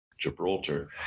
Gibraltar